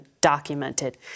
documented